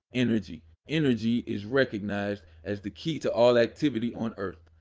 energy energy is recognized as the key to all activity on earth.